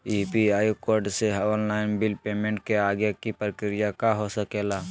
UPI code से online bill payment के आगे के प्रक्रिया का हो सके ला?